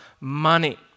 money